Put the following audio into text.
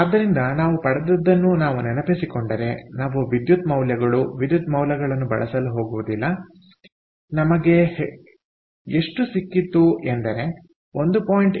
ಆದ್ದರಿಂದ ನಾವು ಪಡೆದದ್ದನ್ನು ನಾವು ನೆನಪಿಸಿಕೊಂಡರೆ ನಾವು ವಿದ್ಯುತ್ ಮೌಲ್ಯಗಳು ವಿದ್ಯುತ್ ಮೌಲ್ಯಗಳನ್ನು ಬಳಸಲು ಹೋಗುವುದಿಲ್ಲ ನಮಗೆ ಎಷ್ಟು ಸಿಕ್ಕಿತ್ತು ಎಂದರೆ 1